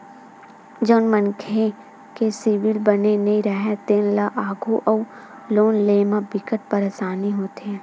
जउन मनखे के सिविल बने नइ राहय तेन ल आघु अउ लोन लेय म बिकट परसानी होथे